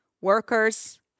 workers